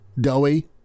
doughy